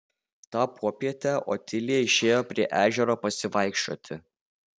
tą popietę otilija išėjo prie ežero pasivaikščioti